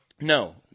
No